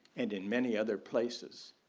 and in many other places,